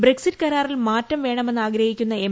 Brexit കരാറിൽ മാറ്റം വേണമെന്ന് ആഗ്രഹി ക്കുന്ന എം